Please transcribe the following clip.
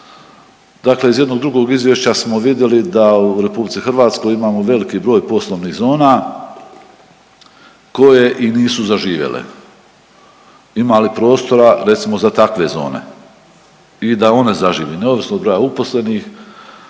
dakle iz jednog drugog izvješća smo vidjeli da u RH imamo veliki broj poslovnih zona koje i nisu zaživjele, ima li prostora recimo za takve zone i da one zažive neovisno od broja uposlenih